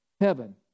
Heaven